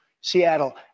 Seattle